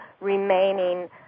remaining